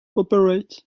operate